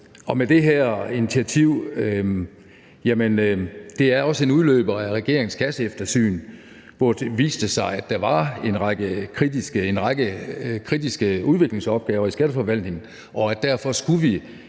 Og det her initiativ er også en udløber af regeringens kasseeftersyn, hvor det viste sig, at der var en række kritiske udviklingsopgaver i skatteforvaltningen. Og derfor skulle vi